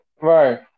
Right